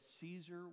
Caesar